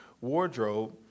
wardrobe